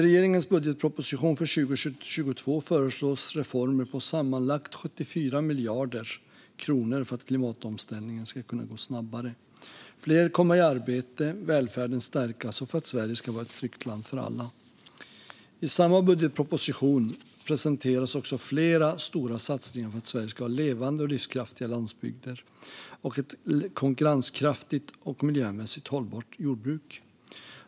I regeringens budgetproposition för 2022 föreslås reformer på sammanlagt 74 miljarder kronor för att klimatomställningen ska kunna gå snabbare, för att fler ska komma i arbete, för att välfärden ska stärkas och för att Sverige ska vara ett tryggt land för alla. I samma budgetproposition presenteras också flera stora satsningar för att Sverige ska ha levande och livskraftiga landsbygder och ett konkurrenskraftigt och miljömässigt hållbart jordbruk.